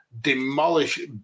demolish